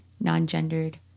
non-gendered